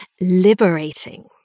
liberating